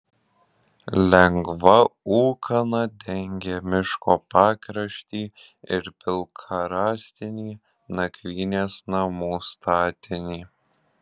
lengva ūkana dengė miško pakraštį ir pilką rąstinį nakvynės namų statinį